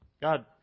God